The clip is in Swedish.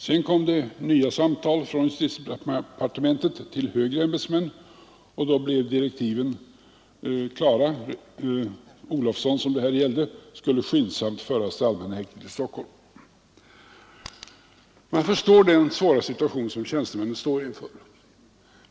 Sedan kom nya samtal från justitiedepartmentet till högre ämbetsmän, och då blev direktiven klara. Clark Olofsson, som det här gällde, skulle skyndsamt föras till allmänna häktet i Stockholm. Man förstår den svåra situation som tjänstemännen står inför.